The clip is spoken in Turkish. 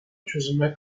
çözüme